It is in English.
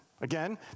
Again